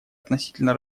относительно